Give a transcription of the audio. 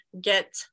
get